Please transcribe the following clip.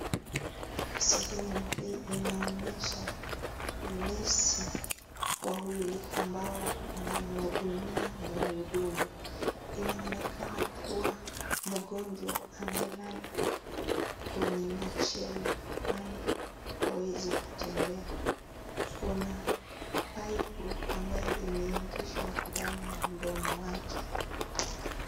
Sehemu hii inaonyesha nesi wawili ambao wanamhudumia mhudumu. Inaonekana kuwa mgonjwa amelala kwenya machela kwani hawezi kutembea. Kuna paipu ambayo imeingishwa ndani ya mdomo wake.